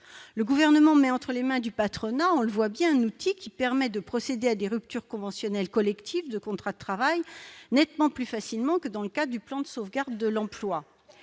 le gouvernement met entre les mains du patronat, on le voit bien un outil qui permet de procéder à des ruptures conventionnelles collectives de contrat de travail, nettement plus facilement que dans le cas du plan de sauvegarde de l'emploi,